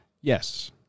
yes